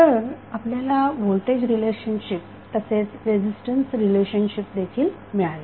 तर आपल्याला voltage relationship तसेच रेझिस्टन्स रिलेशनशिप देखील मिळाले